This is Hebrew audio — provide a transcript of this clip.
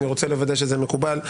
אני רוצה לוודא שזה מקובל.